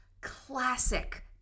classic